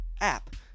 app